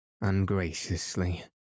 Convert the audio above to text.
ungraciously